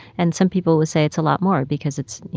and some people would say it's a lot more because it's, you